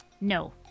No